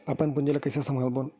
अपन पूंजी ला कइसे संभालबोन?